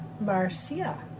Marcia